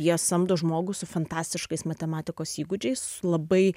jie samdo žmogų su fantastiškais matematikos įgūdžiais su labai